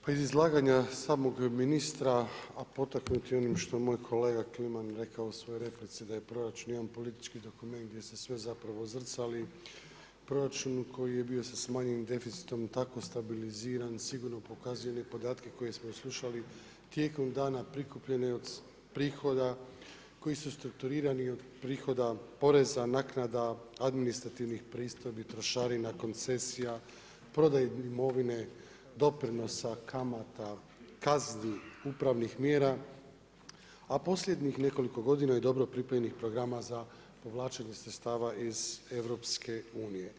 Pa iz izlaganja samog ministra, a potaknuti onim što moj kolega Kliman rekao u svojoj replici da je proračun jedan politički dokument gdje se sve zapravo zrcali, proračun koji je bio sa smanjenim deficitom tako stabiliziran sigurno pokazuje one podatke koje smo i slušali tijekom dana prikupljene od prihoda koji su strukturirani od prihoda poreza, naknada, administrativnih pristojbi, trošarina, koncesija, prodaji imovine, doprinosa, kamata, kazni, upravnih mjera, a posljednjih nekoliko godina i dobro pripremljenih programa za povlačenje sredstava iz EU.